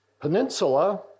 peninsula